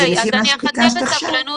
אוקיי, אז אני אחכה בסבלנות